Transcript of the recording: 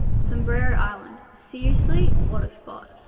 sombrero island, seriously, what a spot.